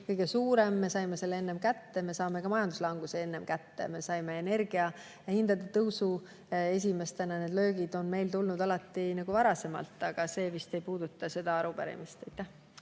kõige suurem, me saime selle enne kätte, me saame ka majanduslanguse enne kätte. Me saime energiahindade tõusu esimestena [kätte]. Need löögid on meil tulnud alati varem, aga see vist ei puuduta seda arupärimist.